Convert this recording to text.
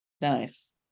Nice